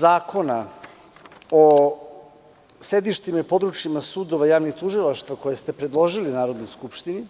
Zakona o sedištima i područjima sudova i javnih tužilaštva, koji ste predložili Narodnoj skupštini,